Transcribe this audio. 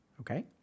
Okay